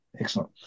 excellent